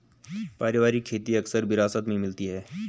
पारिवारिक खेती अक्सर विरासत में मिलती है